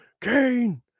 Kane